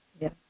Yes